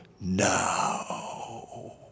now